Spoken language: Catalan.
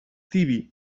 tibi